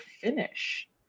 finish